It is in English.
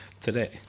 Today